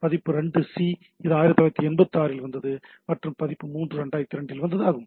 பதிப்பு 2 சி இது 1996 வந்தது மற்றும் பதிப்பு 3 2002 வந்தது ஆகும்